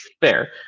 Fair